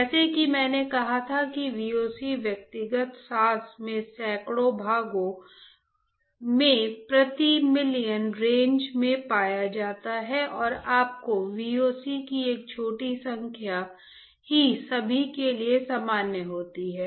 जैसा कि मैंने कहा था कि VOC व्यक्तिगत सांस में सैकड़ों भागों में प्रति मिलियन रेंज में पाए जाते हैं और आपके VOC की एक छोटी संख्या ही सभी के लिए सामान्य होती है